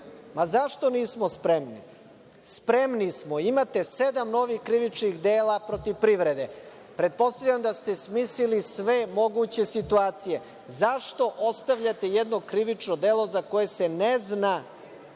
Zašto nismo spremni? Spremni smo. Imate sedam novih krivičnih dela protiv privrede. Pretpostavljam da ste smislili sve moguće situacije. Zašto ostavljate jedno krivično delo za koje se ne zna